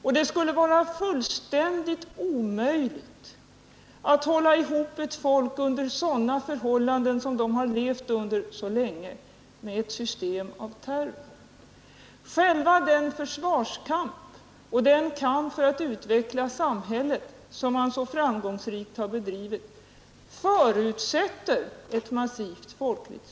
Och det skulle vara fullständigt omöjligt att med ett system av terror hålla ihop ett folk under sådana förhållanden som det levt under så länge. Själva den försvarskamp och den kamp för att utveckla samhället som man så framgångsrikt har bedrivit förutsätter ett massivt folkligt stöd.